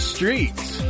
Streets